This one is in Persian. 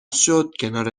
شد، کنار